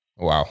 Wow